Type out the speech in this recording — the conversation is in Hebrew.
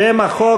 שם החוק